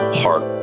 heart